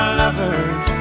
lovers